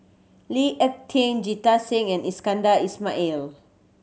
Lee Ek Kieng Jita Singh and Iskandar Ismail